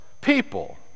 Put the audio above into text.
people